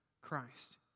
Christ